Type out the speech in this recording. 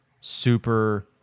super